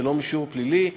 זה לא מישור פלילי,